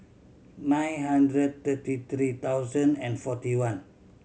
nine hundred thirty three thousand and forty one